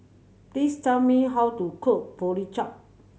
please tell me how to cook